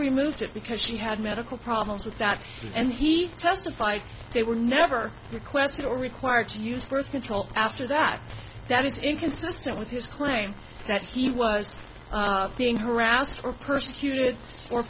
removed it because she had medical problems with that and he testified they were never requested or required to use birth control after that that is inconsistent with his claim that he was being harassed or persecuted or